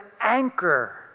anchor